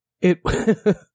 It-